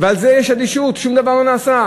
ועל זה יש אדישות, שום דבר לא נעשה.